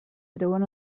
treuen